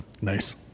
nice